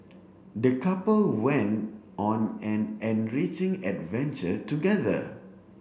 the couple went on an enriching adventure together